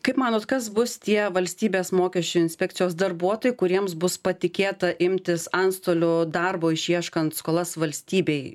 kaip manot kas bus tie valstybės mokesčių inspekcijos darbuotojai kuriems bus patikėta imtis antstolių darbo išieškant skolas valstybei